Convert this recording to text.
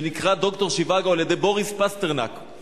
שנקרא "דוקטור ז'יוואגו", על-ידי בוריס פסטרנק.